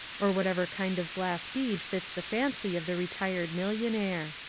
or whatever kind of glass bead fits the fancy of the retired millionaire.